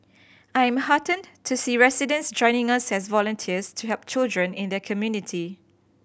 I am heartened to see residents joining us as volunteers to help children in their community